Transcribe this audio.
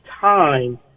time